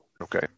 Okay